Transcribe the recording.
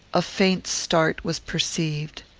a faint start was perceived.